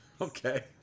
Okay